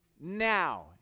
now